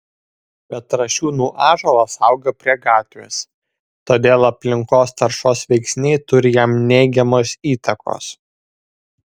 petrašiūnų ąžuolas auga prie gatvės todėl aplinkos taršos veiksniai turi jam neigiamos įtakos